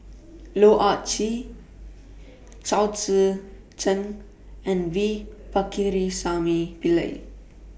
Loh Ah Chee Chao Tzee Cheng and V Pakirisamy Pillai